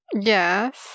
Yes